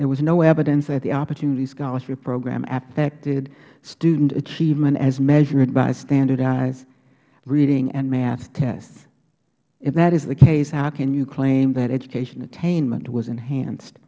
there was no evidence that the opportunity scholarship program affected student achievement as measured by standardized reading and math tests if that is the case how can you claim that education attainment was enhanced